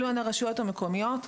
אלה הרשויות המקומיות.